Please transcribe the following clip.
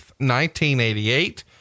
1988